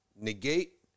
Negate